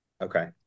Okay